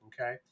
okay